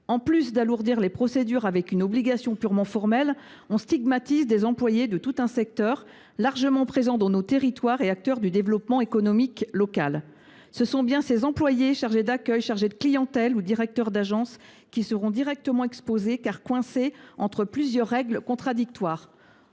En plus d’alourdir les procédures avec une obligation purement formelle, on stigmatise des employés de tout un secteur qui sont largement présents dans nos territoires et s’imposent comme des acteurs du développement économique local. Ce sont bien les employés chargés d’accueil ou de clientèle et les directeurs d’agence qui seront directement exposés, dès lors qu’ils sont déchirés entre plusieurs règles contradictoires.